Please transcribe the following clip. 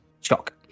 Shock